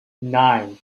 nine